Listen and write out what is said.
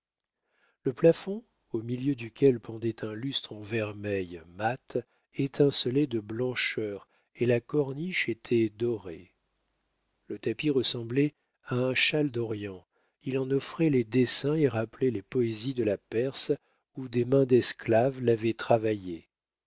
le plafond au milieu duquel pendait un lustre en vermeil mat étincelait de blancheur et la corniche était dorée le tapis ressemblait à un châle d'orient il en offrait les dessins et rappelait les poésies de la perse où des mains d'esclaves l'avaient travaillé